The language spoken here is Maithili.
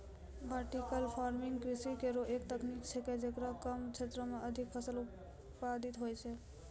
वर्टिकल फार्मिंग कृषि केरो एक तकनीक छिकै, जेकरा म कम क्षेत्रो में अधिक फसल उत्पादित होय छै